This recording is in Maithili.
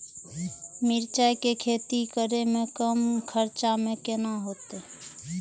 मिरचाय के खेती करे में कम खर्चा में केना होते?